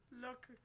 look